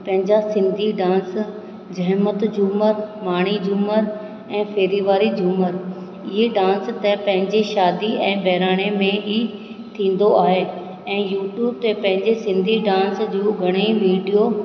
पंहिंजा सिंधी डांस जहमत झूमर माणी झूमर ऐं फेरी वारी झूमर इहे डांस त पंहिंजे शादी ऐं बहिराणे में ई थींदो आहे ऐं यूट्यूब ते पंहिंजे सिंधी डांस जूं घणेई वीडियो